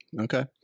Okay